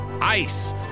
ice